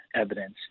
evidence